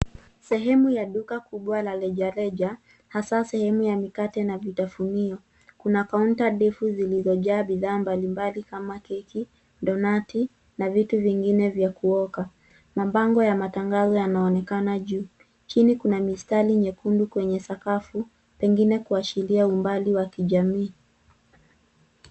Sehemu ya duka kubwa la rejereja, hasa sehemu ya mikate na vitafunio. Kuna kaunta ndefu zilizojaa bidhaa mbalimbali kama keki, donati na vitu vingine vya kuoka. Mabango ya matangazo yanaonekana juu. Chini kuna mistari nyekundu kwenye sakafu, pengine kuashiria umbali wa kijamii.